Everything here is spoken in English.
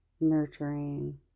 nurturing